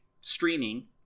streaming